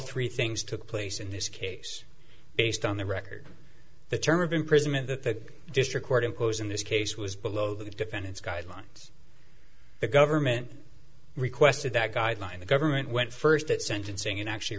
three things took place in this case based on the record the term of imprisonment that the district court imposed in this case was below the defendant's guidelines the government requested that guideline the government went first at sentencing and actually